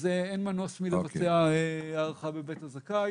אז אין מנוס מלבצע הערכה בבית הזכאי.